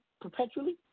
perpetually